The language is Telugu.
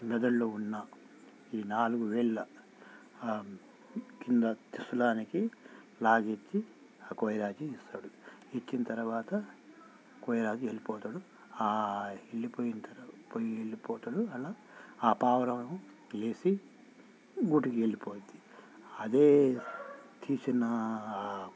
మెదడులో ఉన్న ఈ నాలుగు వేళ్ళ కింద త్రిశులానికి లాగించి ఆ కోయరాజు ఇస్తాడు ఎక్కిన తర్వాత కోయరాజు వెళ్ళిపోతాడు వెళ్ళిపోయిన తరు పోయి వెళ్ళిపోతాడు అలా ఆ పావురము లేచి గూటికి ఎళ్ళిపోయిద్ది అదే తీసిన